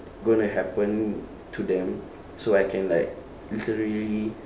gonna happen to them so I can like literally